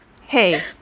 Hey